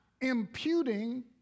imputing